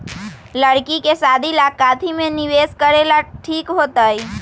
लड़की के शादी ला काथी में निवेस करेला ठीक होतई?